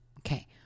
Okay